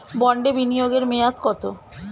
বন্ডে বিনিয়োগ এর মেয়াদ কত?